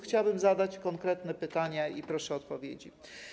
Chciałaby zadać konkretne pytania i proszę o odpowiedzi.